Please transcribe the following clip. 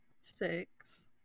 six